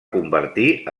convertir